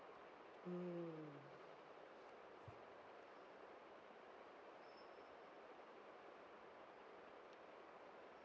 mm